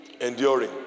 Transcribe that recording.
enduring